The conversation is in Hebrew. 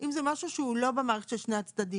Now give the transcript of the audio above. אם זה משהו שהוא לא במערכת של שני הצדדים